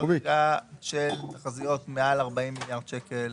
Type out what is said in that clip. חריגה של תחזיות מעל 40 מיליארד שקל.